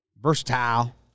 Versatile